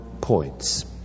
points